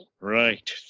Right